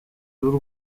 w’u